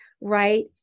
Right